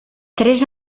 tres